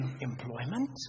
employment